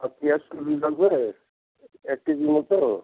আর পিঁয়াজকলি লাগবে এক কেজি মতো